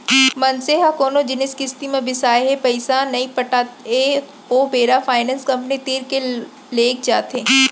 मनसे ह कोनो जिनिस किस्ती म बिसाय हे पइसा नइ पटात हे ओ बेरा फायनेंस कंपनी तीर के लेग जाथे